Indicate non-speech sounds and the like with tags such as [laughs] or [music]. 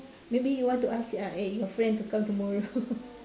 maybe you want to ask uh eh your friend to come tomorrow [laughs]